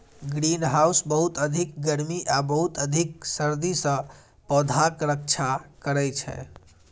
greenhouse बहुत अधिक गर्मी आ बहुत अधिक सर्दी सं पौधाक रक्षा करै छै